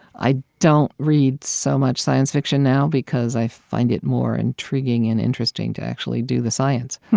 i don't read so much science fiction now, because i find it more intriguing and interesting to actually do the science.